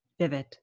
vivid